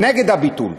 נגד הביטול.